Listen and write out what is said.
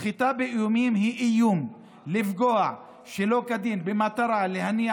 סחיטה באיומים היא איום לפגוע שלא כדין במטרה להניע